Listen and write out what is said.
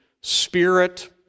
spirit